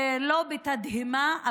לא בתדהמה,